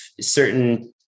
certain